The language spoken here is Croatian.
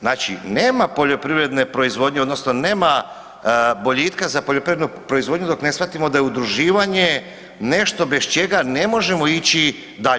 Znači nema poljoprivredne proizvodnje odnosno nema boljitka za poljoprivrednu proizvodnju dok ne shvatimo da je udruživanje nešto bez čega ne možemo ići dalje.